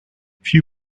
few